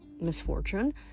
misfortune